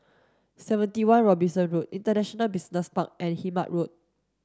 seventy one Robinson Road International Business Park and Hemmant Road